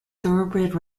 thoroughbred